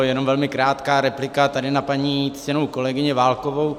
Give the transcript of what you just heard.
Jenom velmi krátká replika tady na paní ctěnou kolegyni Válkovou.